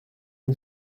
une